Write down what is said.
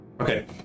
Okay